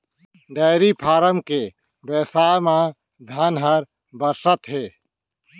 dairy farm के बेवसाय म धन ह बरसत हे